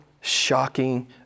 shocking